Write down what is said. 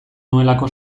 nuelako